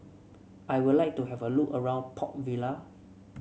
I would like to have a look around Port Vila